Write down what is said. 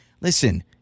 Listen